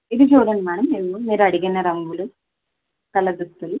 ఇది చూడండి మేడం మేము మీరు అడిగిన రంగులు కలర్ దుస్తులు